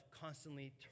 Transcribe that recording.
constantly